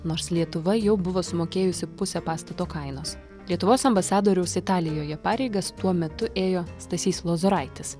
nors lietuva jau buvo sumokėjusi pusę pastato kainos lietuvos ambasadoriaus italijoje pareigas tuo metu ėjo stasys lozoraitis